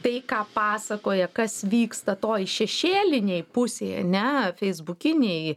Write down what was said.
tai ką pasakoja kas vyksta toj šešėlinėj pusėj ane feisbukinėj